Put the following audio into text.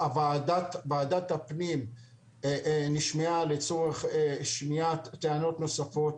ועדת הפנים נשמעה לצורך שמיעת טענות נוספות.